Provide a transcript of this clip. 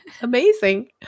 Amazing